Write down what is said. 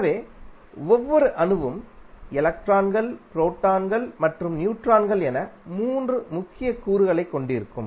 எனவே ஒவ்வொரு அணுவும் எலக்ட்ரான்கள் புரோட்டான்கள் மற்றும் நியூட்ரான்கள் என 3 முக்கிய கூறுகளைக் கொண்டிருக்கும்